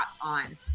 on